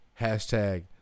Hashtag